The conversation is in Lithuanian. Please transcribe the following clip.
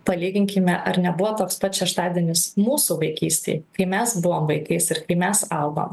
palyginkime ar nebuvo toks pat šeštadienis mūsų vaikystėj kai mes buvom vaikais ir kai mes augom